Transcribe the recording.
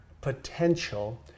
potential